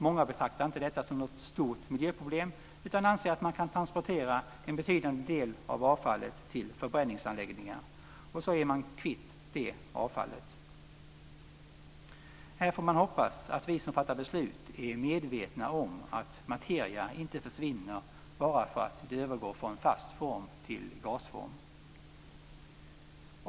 Många betraktar inte detta som något stort miljöproblem utan anser att man kan transportera en betydande del av avfallet till förbränningsanläggningar, och så är man kvitt det avfallet. Jag hoppas att vi som fattar beslut är medvetna om att materia inte försvinner bara för att den övergår från fast form till gasform.